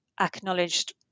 acknowledged